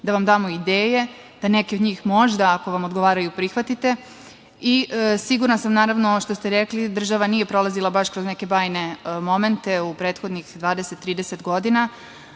da vam damo ideje, da neke od njih možda ako vam odgovaraju prihvatite. Sigurna sam, naravno, što ste rekli, država nije prolazila baš kroz neke bajne momente u prethodnih 20, 30 godina,